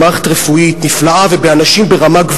במערכת רפואית נפלאה ובאנשים ברמה גבוהה.